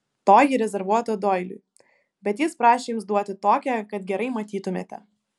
toji rezervuota doiliui bet jis prašė jums duoti tokią kad gerai matytumėte